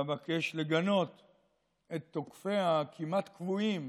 ואבקש לגנות את תוקפיה הכמעט-קבועים